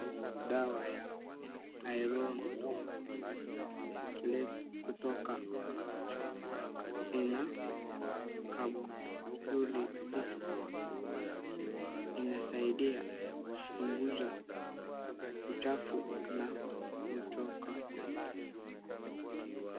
Dawa ya iron chelate kutoka ina capsuli sixty inasaidia kupunguza uchafu na kuchoka.